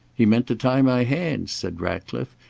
he meant to tie my hands, said ratcliffe,